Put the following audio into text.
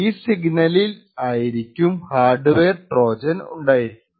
ഈ സിഗ്നലിൽ ആയിരിക്കും ഹാർഡ്വെയർ ട്രോജൻഉണ്ടായിരിക്കുക